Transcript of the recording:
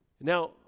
Now